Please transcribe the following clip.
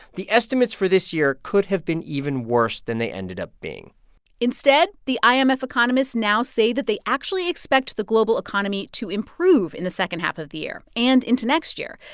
the estimates for this year could have been even worse than they ended up being instead, the um imf economists now say that they actually expect the global economy to improve in the second half of the year and into next year.